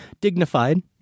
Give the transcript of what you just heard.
dignified